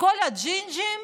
שכל הג'ינג'ים,